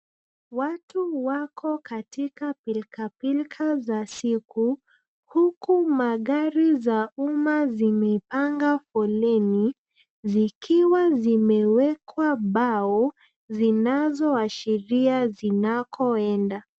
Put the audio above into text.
Watu wako katika pilka pilka za siku, huku magari za umma zimepanga foleni zikiwa zimewekwa bao, zinazoashiria zinakoenda.